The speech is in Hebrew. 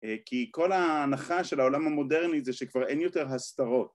כי כל ההנחה של העולם המודרני זה שכבר אין יותר הסתרות.